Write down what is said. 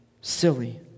silly